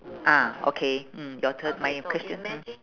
ah okay mm your turn my question hor